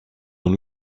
dans